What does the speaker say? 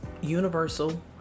universal